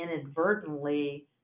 inadvertently